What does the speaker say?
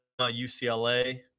UCLA